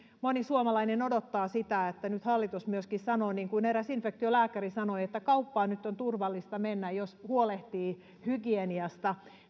moni suomalainen odottaa sitä että nyt hallitus myöskin sanoo niin kuin eräs infektiolääkäri sanoi että kauppaan on nyt turvallista mennä jos huolehtii hygieniasta